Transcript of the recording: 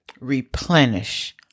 replenish